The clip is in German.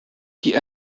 die